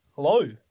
Hello